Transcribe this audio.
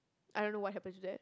I don't know what happened to that